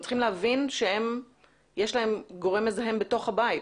הם צריכים להבין שיש להם גורם מזהם בתוך הבית.